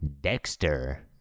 Dexter